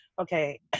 okay